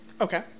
Okay